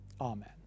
amen